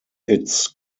its